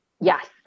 Yes